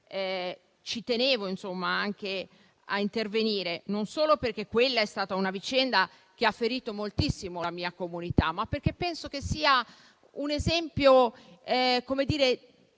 oggi tenevo a intervenire: non solo perché quella è stata una vicenda che ha ferito moltissimo la mia comunità, ma perché penso che sia emblematica di